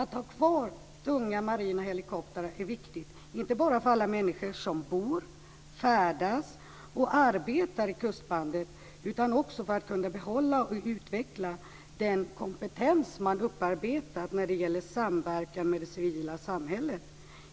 Att ha kvar tunga marina helikoptrar är viktigt inte bara för alla människor som bor, färdas och arbetar i kustbandet utan också för att kunna behålla och utveckla den kompetens som man upparbetat när det gäller samverkan med det civila samhället.